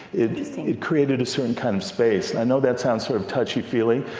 it it created a certain kind of space. i know that sounds sort of touchy-feely,